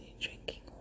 drinking